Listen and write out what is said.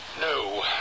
No